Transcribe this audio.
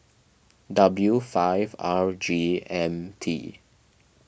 W five R G M T